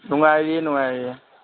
ꯅꯨꯡꯉꯥꯏꯔꯤꯌꯦ ꯅꯨꯡꯉꯥꯏꯔꯤꯌꯦ